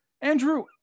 Andrew